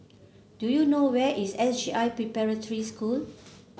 do you know where is S J I Preparatory School